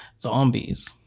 Zombies